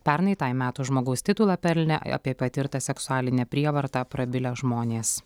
pernai tai metų žmogaus titulą pelnė apie patirtą seksualinę prievartą prabilę žmonės